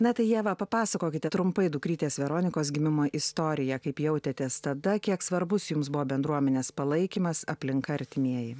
na tai ieva papasakokite trumpai dukrytės veronikos gimimo istoriją kaip jautėtės tada kiek svarbus jums buvo bendruomenės palaikymas aplinka artimieji